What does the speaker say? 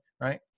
right